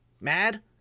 mad